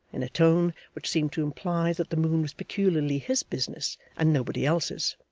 in a tone which seemed to imply that the moon was peculiarly his business and nobody else's